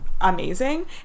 amazing